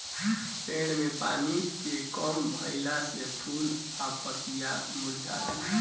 पेड़ में पानी के कम भईला से फूल आ पतई मुरझा जाला